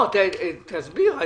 תסביר.